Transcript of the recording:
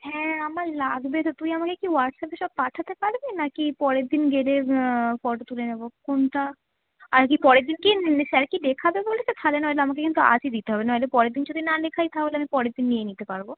হ্যাঁ আমার লাগবে তো তুই আমাকে কি হোয়াটসঅ্যাপে সব পাঠাতে পারবি নাকি পরের দিন গেলে ফটো তুলে নেবো কোনটা আর কি পরের দিন কি স্যার কি লেখাবে বলেছে তাহলে নয় আমাকে কিন্তু আজই দিতে হবে নালে পরের দিন যদি না লেখাই তাহলে আমি পরের দিন নিয়ে নিতে পারবো